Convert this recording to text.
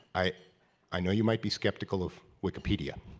i i know you might be sceptical of wikipedia.